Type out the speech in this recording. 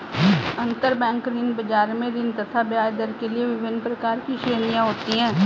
अंतरबैंक ऋण बाजार में ऋण तथा ब्याजदर के लिए विभिन्न प्रकार की श्रेणियां होती है